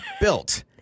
built